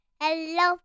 hello